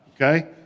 okay